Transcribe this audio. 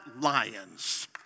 Lions